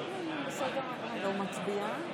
נוכח אורית פרקש הכהן, מצביעה